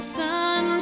sun